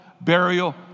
burial